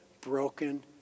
broken